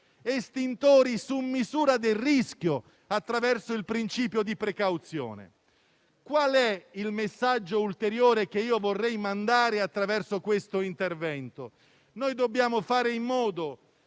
estintori su misura del rischio, attraverso il principio di precauzione. Il messaggio ulteriore che vorrei mandare attraverso questo intervento è che dobbiamo fare in modo